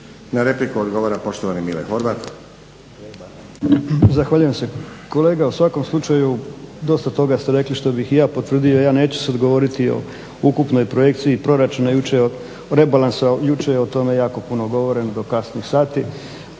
Na repliku odgovara poštovani Mile Horvat. **Horvat, Mile (SDSS)** Zahvaljujem se. Kolega u svakom slučaju dosta toga ste rekli što bih i ja potvrdio. Ja neću sad govoriti o ukupnoj projekciji proračunu, jučer je o rebalansu, jučer je o tome jako puno govoreno do kasnih sati.